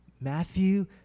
Matthew